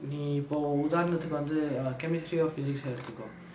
நீ இப்போ உதார்ணத்துக்கு வந்து:nee ippo uthaarnathukku err chemistry or physics எடுத்துக்கோ:eduthukko